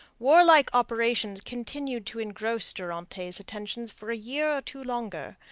warlike operations continued to engross durantaye's attentions for a year or two longer,